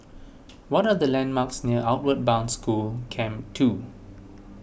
what are the landmarks near Outward Bound School Camp two